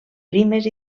primes